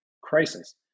crisis